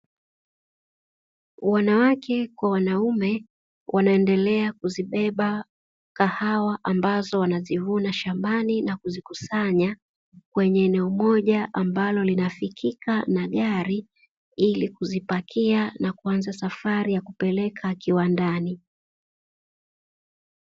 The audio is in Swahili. Wanawake kwa wanaume wanaendelea kuzibeba kahawa, ambazo wanazivuna shambani na kuzikusanya kwenye eneo moja; ambalo linafikika na gari, ili kuzipakia na kuanza safari ya kupeleka kiwandani.